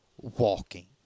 walking